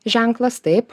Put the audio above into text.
ženklas taip